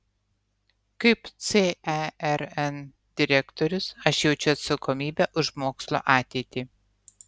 kaip cern direktorius aš jaučiu atsakomybę už mokslo ateitį